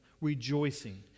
rejoicing